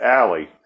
alley